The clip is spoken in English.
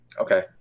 Okay